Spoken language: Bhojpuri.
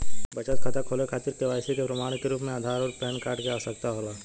बचत खाता खोले के खातिर केवाइसी के प्रमाण के रूप में आधार आउर पैन कार्ड के आवश्यकता होला